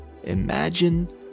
Imagine